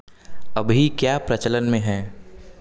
अभी क्या प्रचलन में है